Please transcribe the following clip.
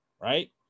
right